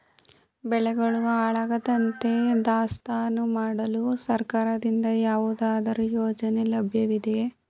ಬೆಳೆಗಳು ಹಾಳಾಗದಂತೆ ದಾಸ್ತಾನು ಮಾಡಲು ಸರ್ಕಾರದಿಂದ ಯಾವುದಾದರು ಯೋಜನೆ ಲಭ್ಯವಿದೆಯೇ?